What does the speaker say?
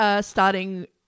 starting